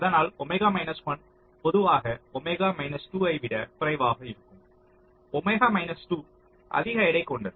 அதனால் ஒமேகா 1 பொதுவாக ஒமேகா 2 ஐ விட குறைவாக இருக்கும் ஒமேகா 2 அதிக எடை கொண்டது